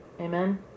Amen